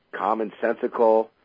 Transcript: commonsensical